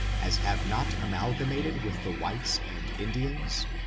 as have not amalgamated with the whites and indi ans,